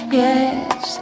yes